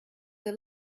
they